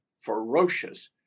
ferocious